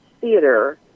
theater